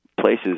places